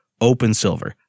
OpenSilver